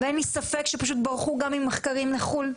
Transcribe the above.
ואין לי ספק שברחו גם עם מחקרים לחו"ל,